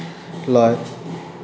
লয়